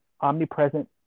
omnipresent